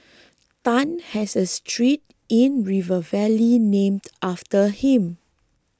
Tan has a street in River Valley named after him